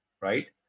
right